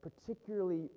particularly